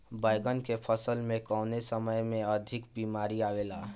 बैगन के फसल में कवने समय में अधिक बीमारी आवेला?